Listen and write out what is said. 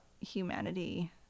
humanity